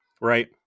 right